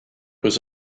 was